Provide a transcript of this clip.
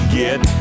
get